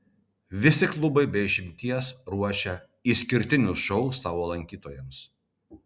visi klubai be išimties ruošia išskirtinius šou savo lankytojams